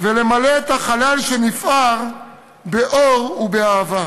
ולמלא את החלל שנפער באור ובאהבה.